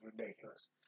ridiculous